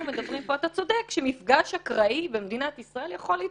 אתה צודק, מפגש אקראי במדינת ישראל יכול להתרחש,